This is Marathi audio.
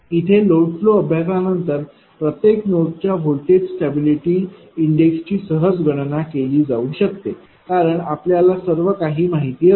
लोड फ्लो अभ्यासानंतर प्रत्येक नोडच्या व्होल्टेज स्टॅबिलिटी इंडेक्सची सहज गणना केली जाऊ शकते कारण आपल्याला सर्व काही माहिती असते m223